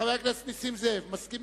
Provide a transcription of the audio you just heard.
חבר הכנסת נסים זאב, מסכימים?